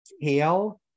Hale